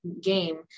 game